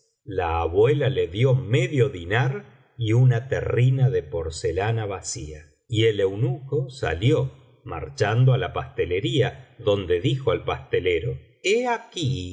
la abuela le dio medio diñar y una terrina de porcelana vacía y el eunuco salió marchando á la pastelería donde dijo al pastelero he aqui